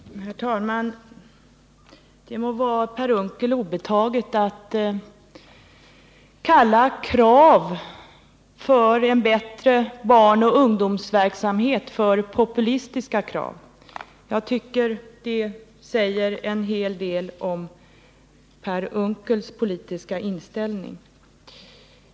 Herr talman! Det må vara Per Unckel obetaget att kalla krav på en bättre barnoch ungdomsverksamhet för populistiska — jag tycker det säger en hel del om Per Unckels politiska inställning.